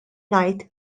ngħid